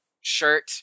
shirt